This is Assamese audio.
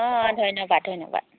অঁ ধন্যবাদ ধন্যবাদ